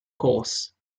corse